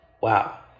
wow